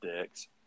dicks